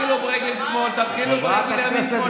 אתם טרולים, מטרילים.